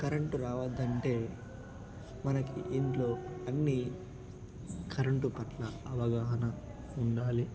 current రావద్దంటే మనకి ఇంట్లో అన్ని కరెంటు పట్ల అవగాహన ఉండాలి